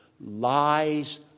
lies